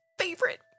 favorite